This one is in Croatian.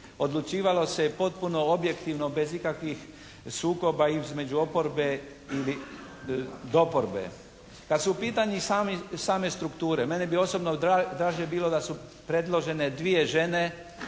Odlučivalo se je potpuno objektivno bez ikakvih sukoba između oporbe ili doporbe. Kad su u pitanju i same strukture, mene bi osobno draže bilo da su predložene dvije žene,